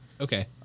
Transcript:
Okay